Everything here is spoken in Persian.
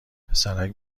پسرک